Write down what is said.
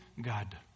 God